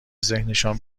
ذهنشان